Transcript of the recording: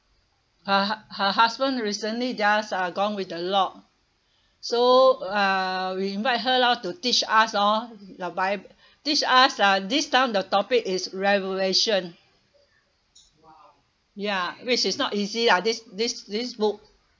her her husband recently just uh gone with the law so uh we invite her lor to teach us hor the bi~ teach us uh this time the topic is regulation ya which is not easy lah this this this book